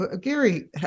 Gary